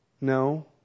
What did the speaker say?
No